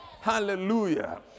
Hallelujah